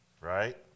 Right